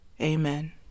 Amen